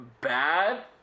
bad